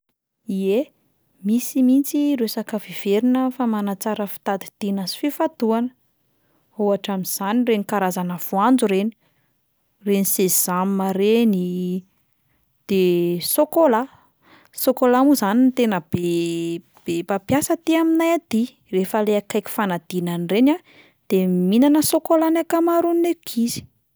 Ie, misy mihitsy ireo sakafo heverina fa manatsara fitadidiana sy fifantohana, ohatra amin'izany ireny karazana voanjo ireny, reny sésame 'reny, de sôkôla, sôkôla moa zany no tena be- be mpampiasa aty aminay aty, rehefa le akaiky fanadinana reny a, de mihinana sôkôla ny ankamaroan'ny ankizy.